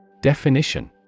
Definition